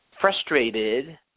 frustrated